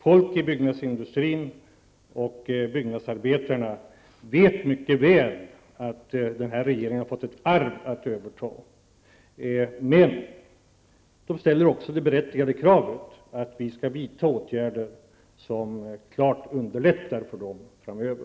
Folk i byggnadsindustrin och byggnadsarbetarna vet mycket väl att den här regeringen har fått ett arv att överta, men de ställer också det berättigade kravet att vi skall vidta åtgärder som underlättar för dem framöver.